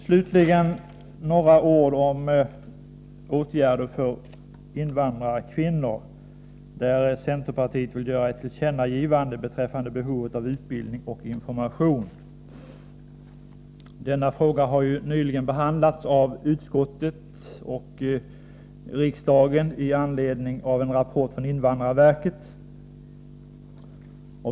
Slutligen några ord om åtgärder för invandrarkvinnor, där centerpartiet vill göra ett tillkännagivande beträffande behovet av utbildning och information. Denna fråga har nyligen behandlats av utskottet och riksdagen i anledning av en rapport från invandrarverket.